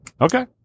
Okay